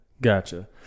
Gotcha